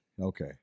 okay